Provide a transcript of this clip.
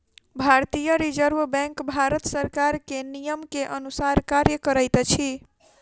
भारतीय reserve bank Bharat सरकार के नियम के अनुसार कार्य करैत अछि